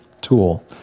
tool